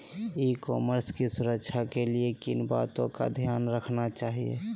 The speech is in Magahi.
ई कॉमर्स की सुरक्षा के लिए किन बातों का ध्यान रखना चाहिए?